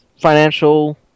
financial